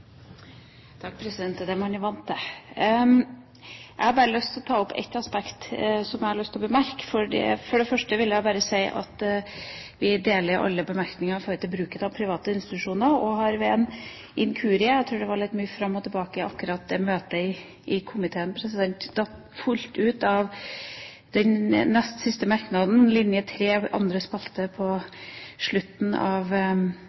Takk, president, det er det som er vanlig. Jeg vil ta opp et aspekt som jeg har lyst til å bemerke. For det første vil jeg si at vi slutter oss til alle merknader om bruken av private institusjoner. Ved en inkurie – jeg tror det var litt mye fram og tilbake i akkurat det møtet i komiteen – falt «fullt ut» ut av den nest siste merknaden, linje tre andre spalte, på slutten av